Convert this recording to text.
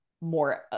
more